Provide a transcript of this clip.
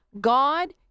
God